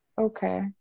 Okay